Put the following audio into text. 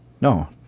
no